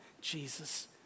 Jesus